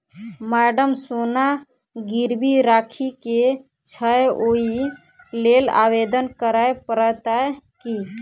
Madam सोना गिरबी राखि केँ छैय ओई लेल आवेदन करै परतै की?